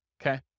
okay